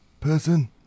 person